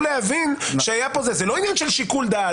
להבין שהיה פה זה לא עניין של שיקול דעת.